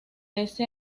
ese